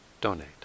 donate